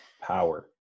power